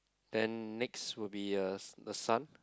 then next will be uh the sun